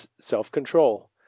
self-control